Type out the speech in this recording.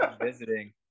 visiting